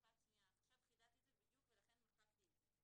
עכשיו חידדתי את זה בדיוק ולכן מחקתי את זה.